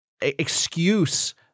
excuse